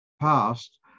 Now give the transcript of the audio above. past